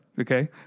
okay